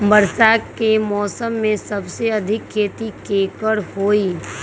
वर्षा के मौसम में सबसे अधिक खेती केकर होई?